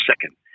second